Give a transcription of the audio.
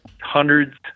hundreds